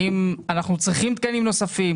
האם אנחנו צריכים תקנים נוספים?